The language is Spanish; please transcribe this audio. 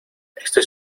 estoy